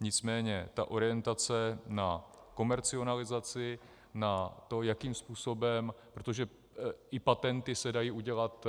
Nicméně ta orientace na komercionalizaci, na to, jakým způsobem, protože i patenty se dají udělat